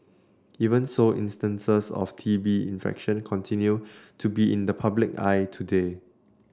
even so instances of T B infection continue to be in the public eye today